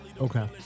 Okay